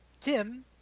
Tim